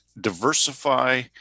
diversify